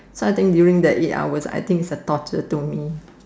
so I think during that eight hour I think it is a torture to me